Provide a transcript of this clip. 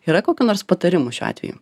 yra kokių nors patarimų šiuo atveju